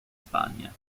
spagna